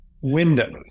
Windows